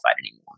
anymore